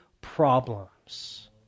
problems